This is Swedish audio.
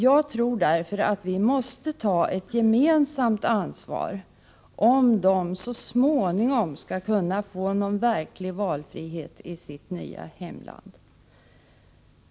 Jag tror därför att vi måste ta ett gemensamt ansvar, om de invandrare det gäller så småningom skall kunna få någon verklig valfrihet i sitt nya hemland.